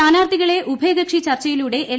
സ്ഥാനാർത്ഥികളെ ഉഭയ്ക്കൂഷി ചർച്ചയിലൂടെ എൽ